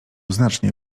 znacznie